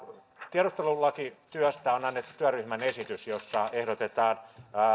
tiedustelulakityöstä on annettu työryhmän esitys jossa ehdotetaan